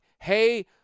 hey